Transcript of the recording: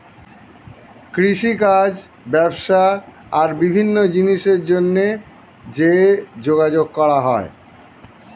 কৃষিকাজ, ব্যবসা আর বিভিন্ন জিনিসের জন্যে যে যোগাযোগ করা হয়